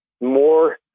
more